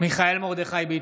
מיכאל מרדכי ביטון,